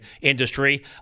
industry